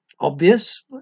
obvious